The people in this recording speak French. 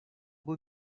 beau